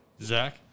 Zach